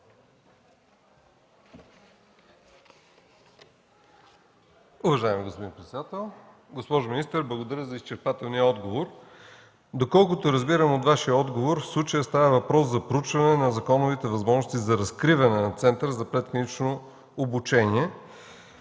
Уважаеми господин председател! Госпожо министър, благодаря за изчерпателния отговор. Доколкото разбирам от Вашия отговор, в случая става въпрос за проучване на законовите възможности за разкриване на Център за предклинично обучение.